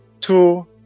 two